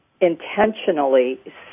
intentionally